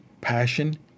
passion